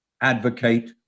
advocate